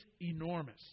enormous